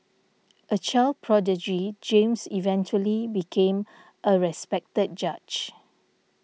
a child prodigy James eventually became a respected judge